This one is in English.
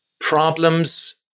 problems